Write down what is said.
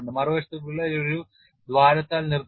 മറുവശത്ത് വിള്ളൽ ഒരു ദ്വാരത്താൽ നിർത്തുന്നു